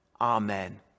Amen